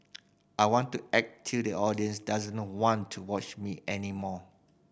I want to act till the audience doesn't want to watch me any more